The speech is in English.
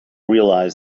realise